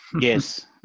yes